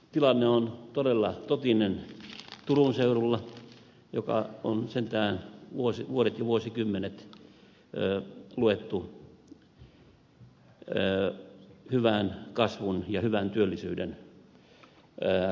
tilanne on todella totinen turun seudulla joka on sentään vuodet ja vuosikymmenet luettu hyvän kasvun ja hyvän työllisyyden rintama alueeksi